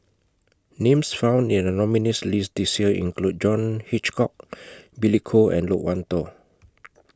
Names found in The nominees' list This Year include John Hitchcock Billy Koh and Loke Wan Tho